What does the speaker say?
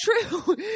true